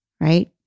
right